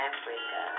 Africa